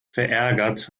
verärgert